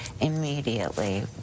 immediately